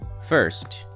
First